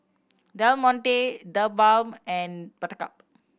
Del Monte TheBalm and Buttercup